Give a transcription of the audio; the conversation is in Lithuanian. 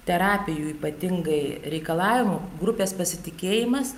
terapijų ypatingai reikalavimų grupės pasitikėjimas